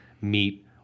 meet